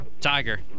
Tiger